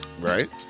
Right